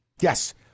Yes